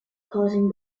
causing